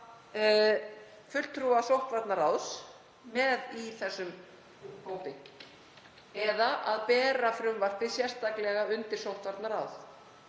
fulltrúa sóttvarnaráðs með í þeim hópi eða að bera frumvarpið sérstaklega undir sóttvarnaráð.